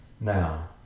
Now